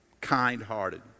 kind-hearted